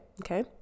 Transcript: okay